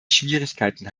schwierigkeiten